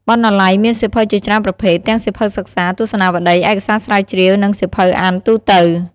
បណ្ណាល័យមានសៀវភៅជាច្រើនប្រភេទ ទាំងសៀវភៅសិក្សា ទស្សនាវដ្ដី ឯកសារស្រាវជ្រាវ និងសៀវភៅអានទូទៅ។